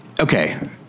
okay